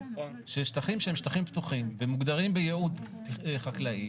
ששטחים שהם שטחים פתוחים ומוגדרים בייעוד חקלאי,